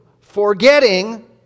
forgetting